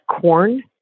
corn